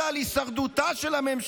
אלא על הישרדותה של הממשלה.